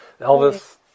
Elvis